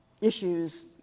issues